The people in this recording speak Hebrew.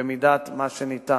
במידת מה שניתן.